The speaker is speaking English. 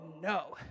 no